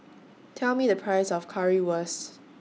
Tell Me The Price of Currywurst